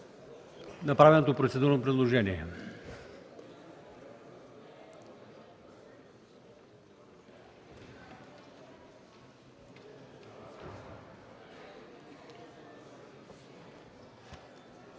направеното процедурно предложение.